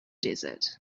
desert